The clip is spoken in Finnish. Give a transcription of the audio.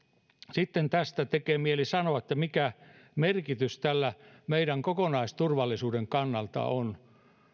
sitten tästä tekee mieli sanoa mikä merkitys tällä meidän kokonaisturvallisuutemme kannalta on